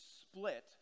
split